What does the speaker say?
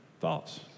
thoughts